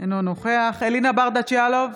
אינו נוכח אלינה ברדץ' יאלוב,